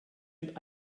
mit